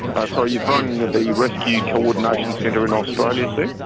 but sorry, you've rung the rescue coordination centre in australia, sir.